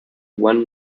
one